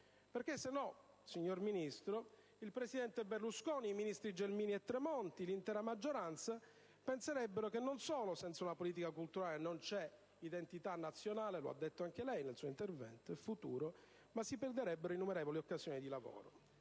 Altrimenti, caro Ministro, il presidente Berlusconi, i ministri Gelmini e Tremonti, l'intera maggioranza penserebbero che non solo senza una politica culturale non c'è identità nazionale - lo ha detto anche lei nel suo intervento - e futuro, ma si perderebbero innumerevoli occasioni di lavoro.